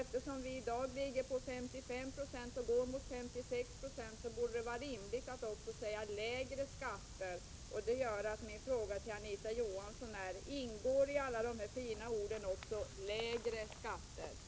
Eftersom vi i dag ligger på 55 90 och är på väg mot 56 96 borde det vara rimligt att också tala om lägre skatter som ett mål. Det gör att min fråga till Anita Johansson är: Ingår i alla dessa fina mål också lägre skatter?